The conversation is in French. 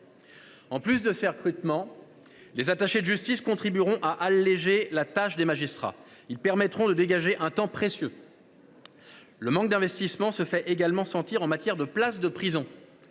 années. De surcroît, des attachés de justice allégeront la tâche des magistrats, leur permettant de dégager un temps précieux. Le manque d'investissement se fait également sentir en matière de places de prison.